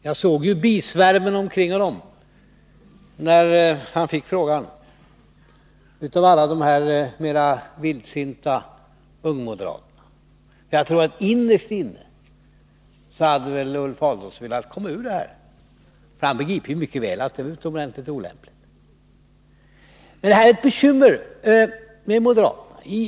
Jag såg ju bisvärmen omkring honom, när han fick frågan, av alla de mer vildsinta ungmoderaterna. Jag tror att innerst inne hade väl Ulf Adelsohn velat komma ur det här, för han begriper mycket väl att det var utomordentligt olämpligt. Det är ett bekymmer med moderaterna.